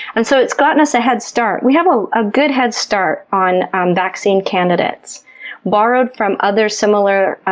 and so it's gotten us a head start. we have ah a good head start on um vaccine candidates borrowed from other similar,